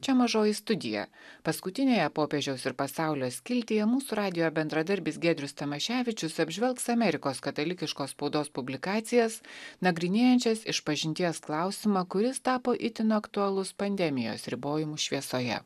čia mažoji studija paskutinėje popiežiaus ir pasaulio skiltyje mūsų radijo bendradarbis giedrius tamaševičius apžvelgs amerikos katalikiškos spaudos publikacijas nagrinėjančias išpažinties klausimą kuris tapo itin aktualus pandemijos ribojimų šviesoje